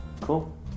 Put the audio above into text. Cool